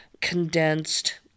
condensed